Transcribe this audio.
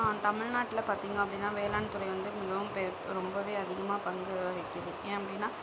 தமிழ்நாட்டில் பார்த்தீங்க அப்படின்னா வேளாண்துறை வந்து மிகவும் ரொம்ப அதிகமாக பங்கு வகிக்கிறது ஏன் அப்படின்னா